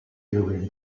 during